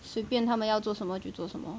随便他们要做什么就做什么